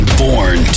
born